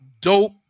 dope